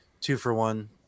two-for-one